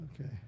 Okay